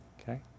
Okay